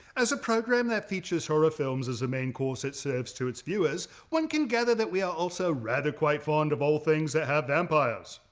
as a program that features horror films as a main course it serves to its viewers one can gather that we are also rather quite fond of all things that have vampires